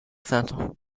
centre